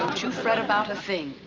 you fret about a thing.